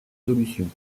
solution